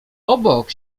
obok